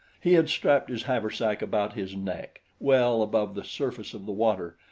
he had strapped his haversack about his neck, well above the surface of the water,